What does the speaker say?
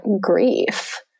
grief